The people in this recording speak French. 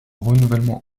renouvellement